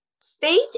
state